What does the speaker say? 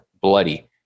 bloody